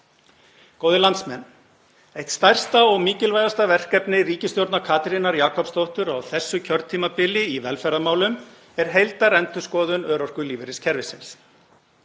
Góðir landsmenn. Eitt stærsta og mikilvægasta verkefni ríkisstjórnar Katrínar Jakobsdóttur á þessu kjörtímabili í velferðarmálum er heildarendurskoðun örorkulífeyriskerfisins.